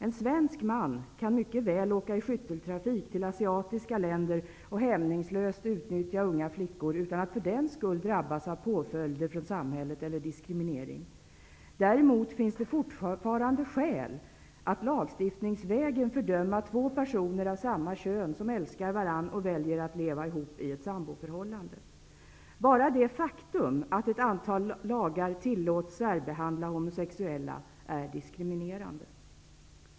En svensk man kan mycket väl åka i skytteltrafik till asiatiska länder och hämningslöst utnyttja unga flickor utan att för den skull drabbas av påföljder från samhället eller diskriminering. Däremot finns det fortfarande skäl att lagstiftningsvägen fördöma två personer av samma kön som älskar varandra och väljer att leva ihop i ett samboförhållande. Bara det faktum att ett antal lagar tillåts särbehandla homosexuella är diskriminerande.